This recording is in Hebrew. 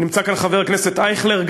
נמצא כאן חבר הכנסת אייכלר,